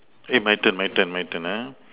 eh my turn my turn my turn uh